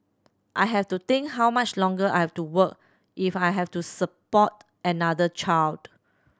I have to think how much longer I have to work if I have to support another child